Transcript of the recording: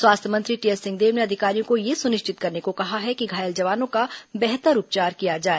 स्वास्थ्य मंत्री टीएस सिंहदेव ने अधिकारियों को यह सुनिश्चित करने को कहा है कि घायल जवानों का बेहतर उपचार किया जाए